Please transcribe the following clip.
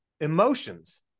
Emotions